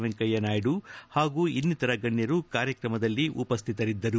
ವೆಂಕಯ್ಯ ನಾಯ್ದು ಹಾಗೂ ಇನ್ನಿತರ ಗಣ್ಯರು ಕಾರ್ಯಕ್ರಮದಲ್ಲಿ ಉಪಸ್ವಿತರಿದ್ದರು